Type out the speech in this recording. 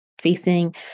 facing